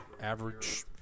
average